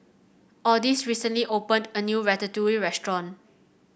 Odis recently opened a new Ratatouille restaurant